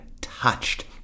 touched